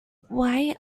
why